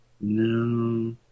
No